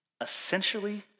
Essentially